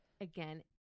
again